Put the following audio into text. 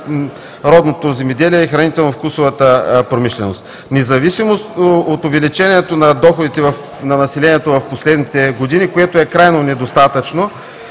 родното земеделие и хранително вкусовата промишленост. Независимо от увеличението на доходите на населението в последните години, което е крайно недостатъчно